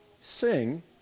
sing